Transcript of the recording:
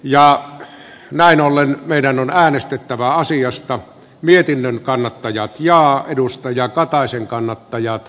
jahka mä en ole meidän on äänestettävä asiasta mietinnön kannattajat ja edustaja kataisen kannattajat